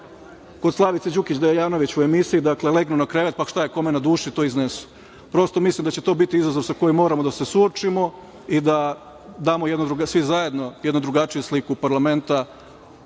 kod Slavice Đukić Dejanović u emisiji. Dakle, legnu na krevet, pa šta je kome na duši to iznesu. Prosto, mislim da će to biti izazov sa kojim moramo da se suočimo i da svi zajedno damo jednu drugačiju sliku parlamenta